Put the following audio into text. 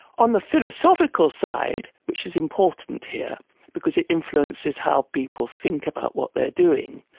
on the philosophical side, which is important here because it influences how people think about what they are doing,